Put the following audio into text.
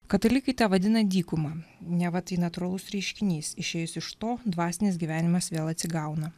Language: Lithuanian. katalikai tą vadina dykuma neva tai natūralus reiškinys išėjus iš to dvasinis gyvenimas vėl atsigauna